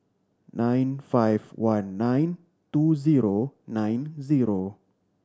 nine five one nine two zero nine zero